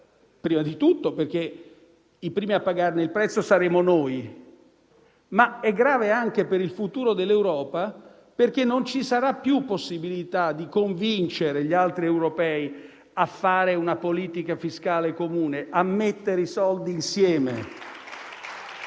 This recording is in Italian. prima di tutto perché i primi a pagarne il prezzo saremo noi. Ma è grave anche per il futuro dell'Europa, perché non ci sarà più possibilità di convincere gli altri europei a fare una politica fiscale comune, a mettere i soldi insieme.